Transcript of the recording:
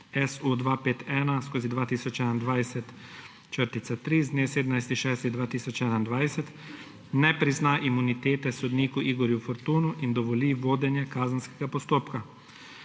SU251/2021-3, z dne 17. 6. 2021, ne prizna imunitete sodniku Igorju Fortunu in dovoli vodenje kazenskega postopka.